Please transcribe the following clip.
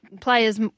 players